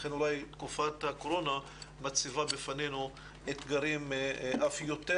לכן אולי תקופת הקורונה מציבה בפנינו אתגרים אף יותר